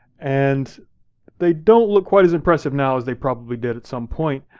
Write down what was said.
and they don't look quite as impressive now as they probably did at some point.